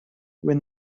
when